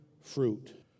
fruit